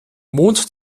mond